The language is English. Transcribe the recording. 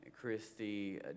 Christy